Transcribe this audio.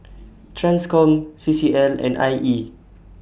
TRANSCOM C C L and I E